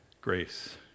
grace